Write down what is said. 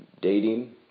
dating